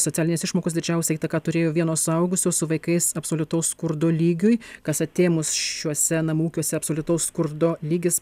socialinės išmokos didžiausią įtaką turėjo vieno suaugusio su vaikais absoliutaus skurdo lygiui kas atėmus šiuose namų ūkiuose absoliutaus skurdo lygis